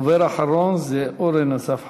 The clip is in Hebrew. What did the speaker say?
הדובר האחרון הוא אורן אסף חזן.